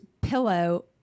pillow